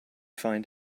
find